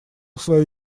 свою